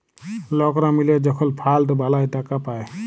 লকরা মিলে যখল ফাল্ড বালাঁয় টাকা পায়